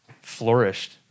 flourished